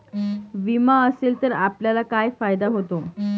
विमा असेल तर आपल्याला काय फायदा होतो?